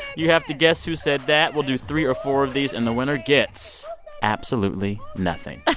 you have to guess who said that. we'll do three or four of these, and the winner gets absolutely nothing like